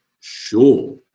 sure